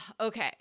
Okay